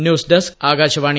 news ഡെക്സ് ആകാശവാണി